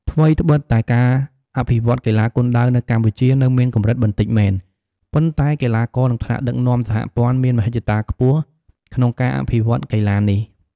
ថ្វីត្បិតតែការអភិវឌ្ឍន៍កីឡាគុនដាវនៅកម្ពុជានៅមានកម្រិតបន្តិចមែន ប៉ុន្តែកីឡាករ និងថ្នាក់ដឹកនាំសហព័ន្ធមានមហិច្ឆតាខ្ពស់ក្នុងការអភិវឌ្ឍន៍កីឡានេះ។